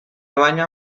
bana